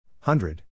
Hundred